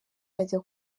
ajya